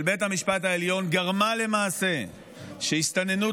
גרמה למעשה לכך שהסתננות